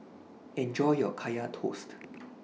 Enjoy your Kaya Toast